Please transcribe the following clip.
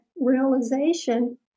realization